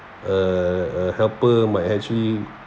uh a helper might actually